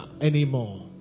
anymore